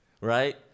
right